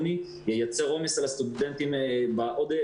יש פה שאלה רוחבית הרבה יותר מאוכלוסיית הסטודנטים וחשוב לציין את זה.